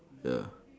ya